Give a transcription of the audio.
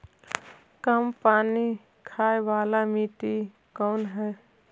कम पानी खाय वाला मिट्टी कौन हइ?